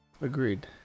Agreed